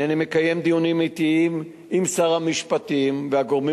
הנני מקיים דיונים עתיים עם שר המשפטים והגורמים